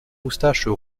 moustaches